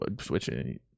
switching